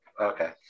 Okay